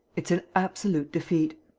it's an absolute defeat.